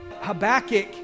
Habakkuk